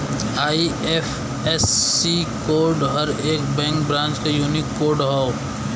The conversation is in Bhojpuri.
आइ.एफ.एस.सी कोड हर एक बैंक ब्रांच क यूनिक कोड हौ